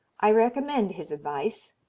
i recommend his advice.